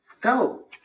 Go